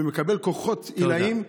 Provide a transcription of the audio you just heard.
ומקבל כוחות עילאיים,